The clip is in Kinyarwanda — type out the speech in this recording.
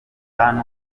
tanu